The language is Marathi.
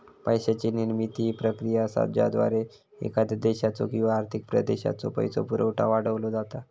पैशाची निर्मिती ही प्रक्रिया असा ज्याद्वारा एखाद्या देशाचो किंवा आर्थिक प्रदेशाचो पैसो पुरवठा वाढवलो जाता